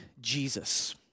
Jesus